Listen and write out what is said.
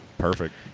perfect